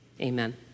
amen